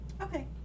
okay